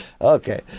okay